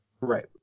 Right